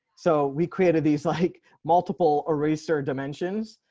so we created these like multiple eraser dimensions,